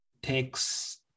takes